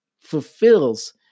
fulfills